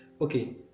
Okay